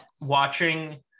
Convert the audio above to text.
watching –